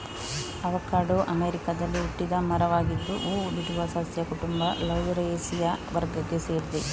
avocado ಅಮೆರಿಕಾದಲ್ಲಿ ಹುಟ್ಟಿದ ಮರವಾಗಿದ್ದು ಹೂ ಬಿಡುವ ಸಸ್ಯ ಕುಟುಂಬ ಲೌರೇಸಿಯ ವರ್ಗಕ್ಕೆ ಸೇರಿದೆ